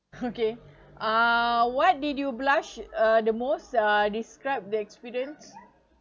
okay uh what did you blush uh the most uh describe the experience